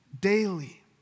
daily